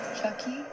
Chucky